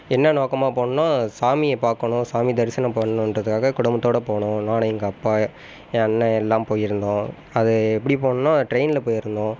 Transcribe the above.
என்ன நோக்கமாக போனேன்னா சாமியை பார்க்கணும் சாமி தரிசனம் பண்ணணுன்றதுக்காக குடும்பத்தோடு போனோம் நான் எங்கள் அப்பா என் அண்ணன் எல்லாரும் போயிருந்தோம் அது எப்படி போனேன்னால் ட்ரெயினில் போயிருந்தோம்